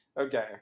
Okay